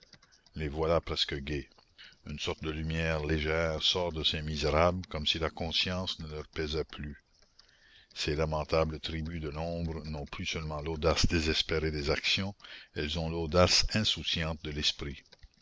les voilà presque gaies une sorte de lumière légère sort de ces misérables comme si la conscience ne leur pesait plus ces lamentables tribus de l'ombre n'ont plus seulement l'audace désespérée des actions elles ont l'audace insouciante de l'esprit